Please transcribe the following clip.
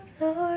Lord